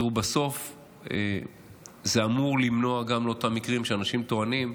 בסוף זה אמור למנוע גם את אותם המקרים שאנשים טוענים,